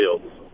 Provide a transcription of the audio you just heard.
fields